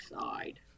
side